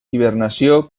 hibernació